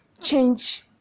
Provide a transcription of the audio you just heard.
change